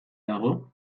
dago